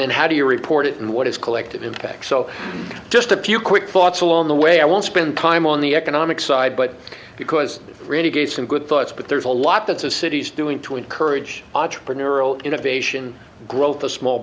then how do you report it and what is collective impact so just a few quick thoughts along the way i won't spend time on the economic side but because it really gave some good thoughts but there's a lot that's a city's doing to encourage entrepreneurial innovation growth of small